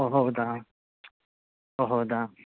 ಓ ಹೌದಾ ಓ ಹೌದಾ